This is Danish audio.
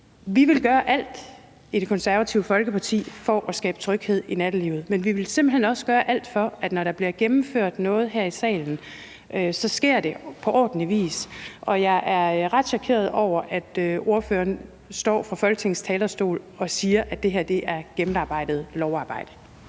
sige, at vi i Det Konservative Folkeparti vil gøre alt for at skabe tryghed i nattelivet. Men vi vil simpelt hen også gøre alt for, at det, når der bliver gennemført noget her i salen, så sker på ordentlig vis, og jeg er ret chokeret over, at ordføreren står fra Folketingets talerstol og siger, at det her er et gennemarbejdet lovarbejde.